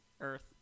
earth